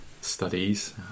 studies